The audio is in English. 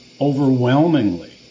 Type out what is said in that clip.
Overwhelmingly